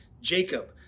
Jacob